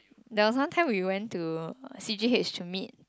there was one time we went to C_G_H to meet